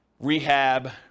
rehab